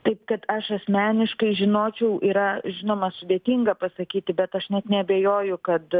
taip kad aš asmeniškai žinočiau yra žinoma sudėtinga pasakyti bet aš net neabejoju kad